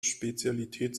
spezialität